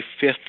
fifth